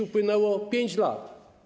Upłynęło 5 lat.